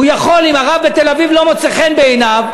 הוא יכול, אם הרב בתל-אביב לא מוצא חן בעיניו,